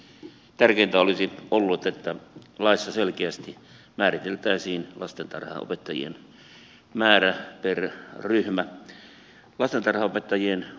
tärkeintä olisi ollut että laissa selkeästi määriteltäisiin lastentarhanopettajien määrä per ryhmä